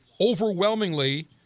overwhelmingly